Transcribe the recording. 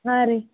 ಹಾಂ ರೀ